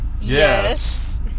Yes